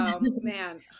man